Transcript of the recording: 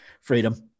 freedom